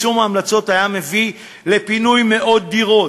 יישום ההמלצות היה מביא לפינוי מאות דירות,